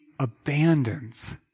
abandons